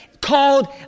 called